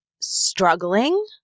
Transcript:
struggling